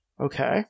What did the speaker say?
Okay